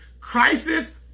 crisis